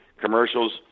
commercials